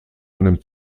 einem